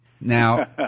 Now